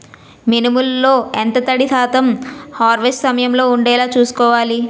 మినుములు లో ఎంత తడి శాతం హార్వెస్ట్ సమయంలో వుండేలా చుస్కోవాలి?